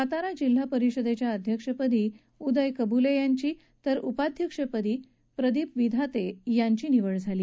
सातारा जिल्हा परिषदेच्या अध्यक्षपदी उदय कबूले यांची तर उपाध्यक्षपदी प्रदीप विधाते यांची बूधवारी निवड झाली